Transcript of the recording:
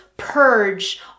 purge